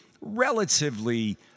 relatively